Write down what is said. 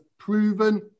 proven